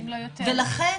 ולכן,